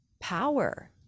power